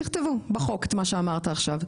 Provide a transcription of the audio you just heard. תכתבו בחוק את מה שאמרת עכשיו.